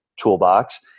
toolbox